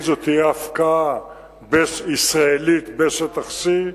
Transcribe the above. האם זאת תהיה הפקעה ישראלית בשטח C?